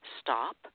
stop